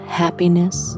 happiness